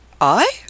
I